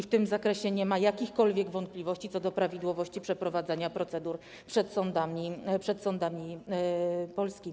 W tym zakresie nie ma jakichkolwiek wątpliwości co do prawidłowości przeprowadzania procedur przed sądami polskimi.